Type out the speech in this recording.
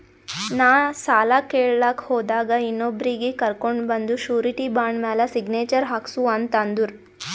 ನಾ ಸಾಲ ಕೇಳಲಾಕ್ ಹೋದಾಗ ಇನ್ನೊಬ್ರಿಗಿ ಕರ್ಕೊಂಡ್ ಬಂದು ಶೂರಿಟಿ ಬಾಂಡ್ ಮ್ಯಾಲ್ ಸಿಗ್ನೇಚರ್ ಹಾಕ್ಸೂ ಅಂತ್ ಅಂದುರ್